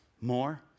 more